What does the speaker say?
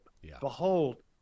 Behold